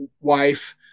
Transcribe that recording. wife